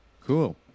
Cool